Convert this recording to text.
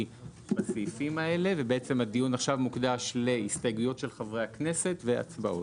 בסעיפים הללו ועכשיו הדיון מוקדש להסתייגויות של חברי הכנסת והצבעות.